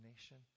nation